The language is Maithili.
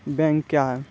बैंक क्या हैं?